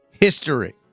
history